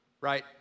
right